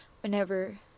whenever